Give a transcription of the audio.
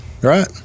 right